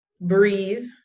breathe